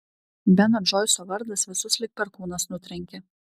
beno džoiso vardas visus lyg perkūnas nutrenkė